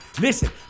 Listen